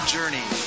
Journey